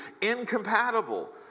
incompatible